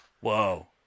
whoa